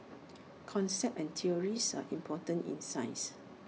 concepts and theories are important in science